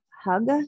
hug